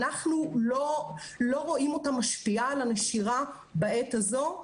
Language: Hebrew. אנחנו לא רואים אותה משפיעה על הנשירה בעת הזו.